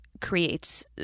creates